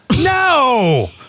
no